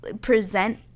present